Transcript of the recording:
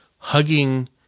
hugging